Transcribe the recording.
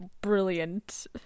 Brilliant